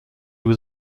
was